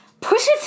pushes